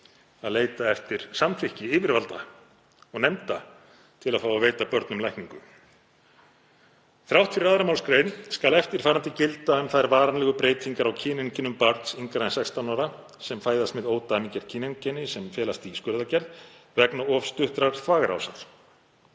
að leita eftir samþykki yfirvalda og nefnda til að fá að veita börnum lækningu: „Þrátt fyrir 2. mgr. skal eftirfarandi gilda um þær varanlegu breytingar á kyneinkennum barns yngra en 16 ára sem fæðist með ódæmigerð kyneinkenni sem felast í skurðaðgerð vegna of stuttrar þvagrásar